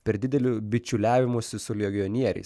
per dideliu bičiuliavimusi su legionieriais